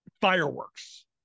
Fireworks